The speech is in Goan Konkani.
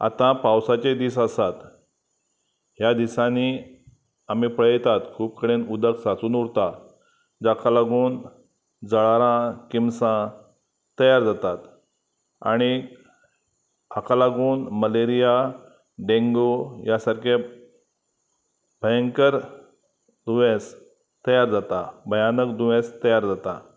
आतां पावसाचे दीस आसात ह्या दिसांनी आमी पळयतात खूब कडेन उदक सांचून उरता जाका लागून जळारां किमसां तयार जातात आणी हाका लागून मलेरिया डेंग्यू ह्या सारके भयंकर दुयेंस तयार जाता भयानक दुयेंस तयार जाता